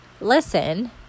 listen